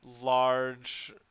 large